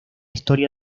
historia